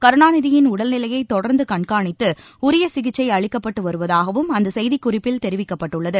கருணாநிதியின் உடல் நிலையை தொடர்ந்து கண்காணித்து உரிய சிகிக்சை அளிக்கப்பட்டு வருவதாகவும் அந்த செய்திக்குறிப்பில் தெரிவிக்கப்பட்டுள்ளது